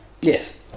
Yes